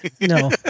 No